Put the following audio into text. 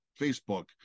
Facebook